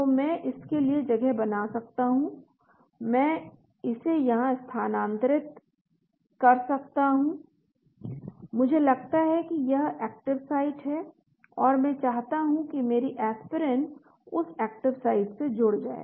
तो मैं इस के लिए जगह बना सकता हूं मैं इसे यहां स्थानांतरित कर सकता हूं मुझे लगता है कि यह एक्टिव साइट है और मैं चाहता हूं कि मेरी एस्पिरिन उस एक्टिव साइट से जुड़ जाए